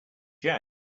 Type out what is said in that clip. jail